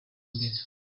mbere